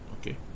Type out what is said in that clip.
Okay